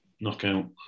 knockout